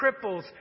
cripples